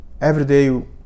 everyday